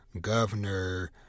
governor